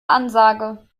ansage